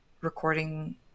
recording